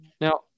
Now